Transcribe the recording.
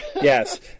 Yes